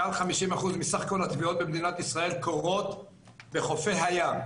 מעל ל-50% מסך כל הטביעות במדינת ישראל קורות בחופי הים.